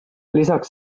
lisaks